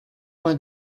vingt